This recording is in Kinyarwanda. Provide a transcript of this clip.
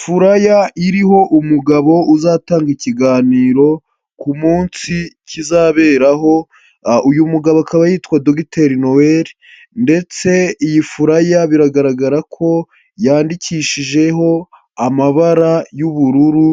Furaya iriho umugabo uzatanga ikiganiro ku munsi kizaberaho, uyu mugabo akaba yitwa Dogiteri Noel ndetse iyi furaya biragaragara ko yandikishijeho amabara y'ubururu